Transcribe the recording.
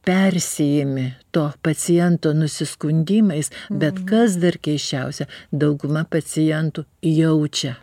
persiėmi to paciento nusiskundimais bet kas dar keisčiausia dauguma pacientų jaučia